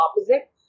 opposite